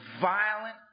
violent